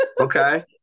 okay